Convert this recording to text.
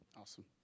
Awesome